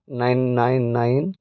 nine nine nine